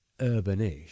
urban-ish